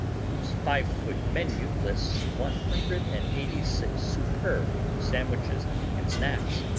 whose five-foot menu lists one hundred and eighty six superb sandwiches and snacks,